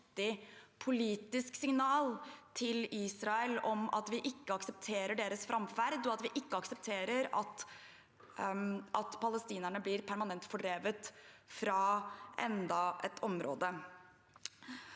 politisk signal til Israel om at vi ikke aksepterer deres framferd, og at vi ikke aksepterer at palestinerne blir permanent fordrevet fra enda et område.